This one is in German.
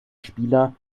spieler